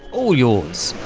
all yours!